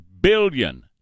billion